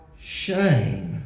shame